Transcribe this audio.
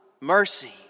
mercy